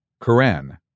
Quran